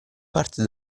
parte